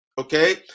Okay